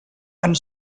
and